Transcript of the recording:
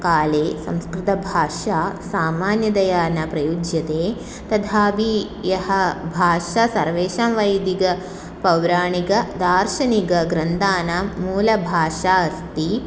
काले संस्कृतभाषा सामान्यतया न प्रयुज्यते तथापि या भाषा सर्वेषां वैदिकं पौराणिकं दार्शनिकग्रन्थानां मूलभाषा अस्ति